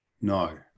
No